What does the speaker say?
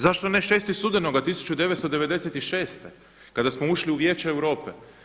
Zašto ne 6. studenoga 1996. kada smo ušli u Vijeće Europe?